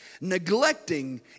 Neglecting